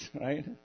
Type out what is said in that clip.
right